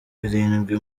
birindwi